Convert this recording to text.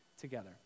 together